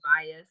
bias